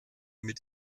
mit